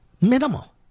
Minimal